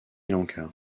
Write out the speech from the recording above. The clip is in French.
lanka